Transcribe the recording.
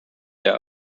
their